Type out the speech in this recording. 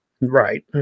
Right